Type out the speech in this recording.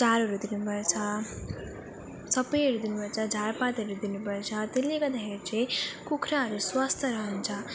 चारोहरू दिनु पर्छ सबहरू हेरिदिनु पर्छ झारपातहरू दिनु पर्छ त्यसले गर्दाखेरि चाहिँ कुखुराहरू स्वास्थ्य रहन्छ